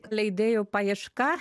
leidėjų paieška